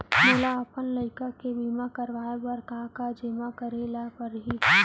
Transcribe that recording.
मोला अपन लइका के बीमा करवाए बर का का जेमा करे ल परही?